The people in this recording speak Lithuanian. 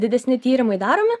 didesni tyrimai daromi